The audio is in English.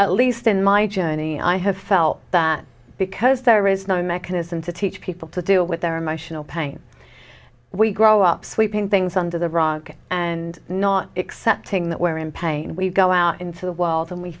at least in my journey i have felt that because there is no mechanism to teach people to deal with their emotional pain we grow up sweeping things under the rug and not accepting that we're in pain we go out into the world and we